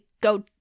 go